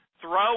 Throw